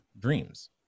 dreams